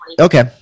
okay